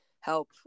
help